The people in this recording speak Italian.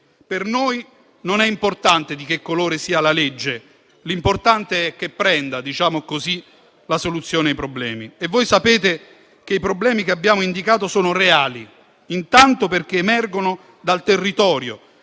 Per noi non è importante di che colore sia la legge, l'importante è che "prenda" - diciamo così - la soluzione dei problemi. Onorevoli colleghi, sapete che i problemi che abbiamo indicato sono reali, intanto perché emergono dal territorio